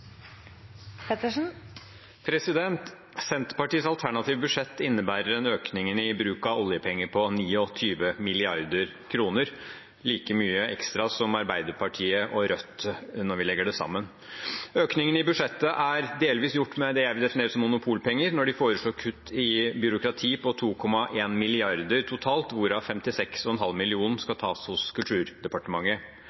Senterpartiets alternative budsjett innebærer en økning i bruk av oljepenger på 29 mrd. kr – like mye ekstra som Arbeiderpartiet og Rødt når vi legger det sammen. Økningen i budsjettet er delvis gjort med det jeg vil definere som monopolpenger når de foreslår kutt i byråkrati på 2,1 mrd. kr totalt, hvorav 56,5 mill. kr skal